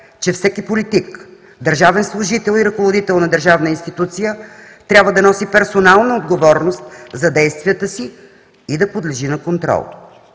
че всеки политик, държавен служител и ръководител на държавна институция трябва да носи персонална отговорност за действията си и да подлежи на контрол.